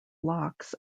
locks